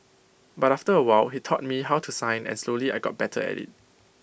but after A while he taught me how to sign and slowly I got better A